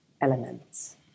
elements